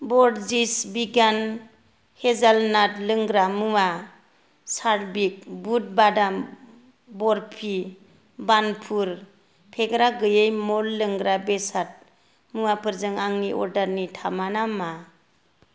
ब'रजिस विगान हेजालनात लोंग्रा मुवा चार्विक बुद बादाम बारफि भान पुर फेग्रा गैयै मल्ट लोंग्रा बेसाद मुवाफोरजों आंनि अर्डार नि थामाना मा